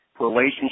relationship